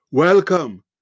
Welcome